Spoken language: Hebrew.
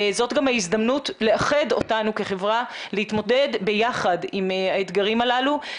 זאת גם ההזדמנות לאחד אותנו כחברה להתמודד ביחד עם האתגרים הללו.